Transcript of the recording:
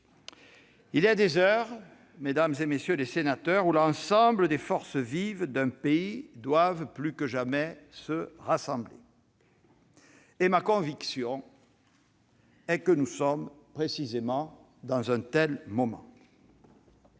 les sénateurs, il est des heures où l'ensemble des forces vives d'un pays doivent plus que jamais se rassembler. Ma conviction est que nous sommes précisément dans un tel moment.